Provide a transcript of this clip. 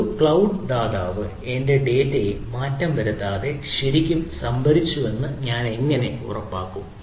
ഒരു ക്ലൌഡ് ദാതാവ് എന്റെ ഡാറ്റയെ മാറ്റം വരുത്താതെ ശരിക്കും സംഭരിച്ചുവെന്ന് ഞാൻ എങ്ങനെ ഉറപ്പാക്കും